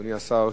אדוני השר,